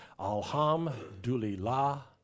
Alhamdulillah